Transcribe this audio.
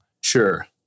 Sure